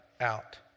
out